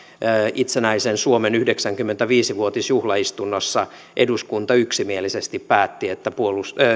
itsenäisen suomen yhdeksänkymmentäviisi vuotisjuhlaistunnossa eduskunta yksimielisesti päätti että